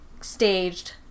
staged